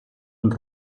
und